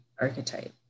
archetype